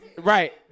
Right